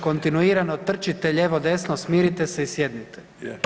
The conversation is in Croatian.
Kontinuirano trčite lijevo desno, smirite se i sjednite.